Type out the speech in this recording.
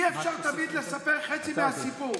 אי-אפשר תמיד לספר חצי מהסיפור.